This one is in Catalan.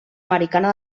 americana